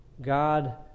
God